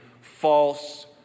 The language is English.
false